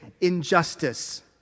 injustice